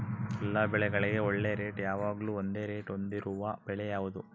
ಎಲ್ಲ ಬೆಳೆಗಳಿಗೆ ಒಳ್ಳೆ ರೇಟ್ ಯಾವಾಗ್ಲೂ ಒಂದೇ ರೇಟ್ ಹೊಂದಿರುವ ಬೆಳೆ ಯಾವುದು?